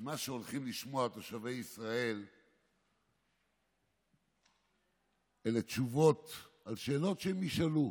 כי מה שהולכים תושבי ישראל לשמוע אלה תשובות על שאלות שהם ישאלו.